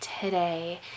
today